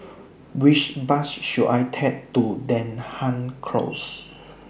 Which Bus should I Take to Denham Close